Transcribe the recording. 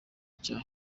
cya